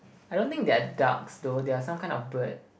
I don't think they are ducks though they are some kind of bird